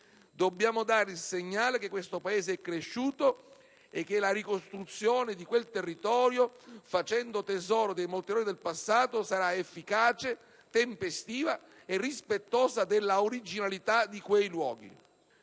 Dobbiamo dare il segnale che questo Paese è cresciuto e che la ricostruzione di quel territorio, facendo tesoro dei molti errori del passato, sarà efficace, tempestiva e rispettosa dell'originalità di quei luoghi.